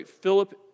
Philip